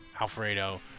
Alfredo